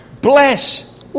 Bless